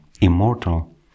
immortal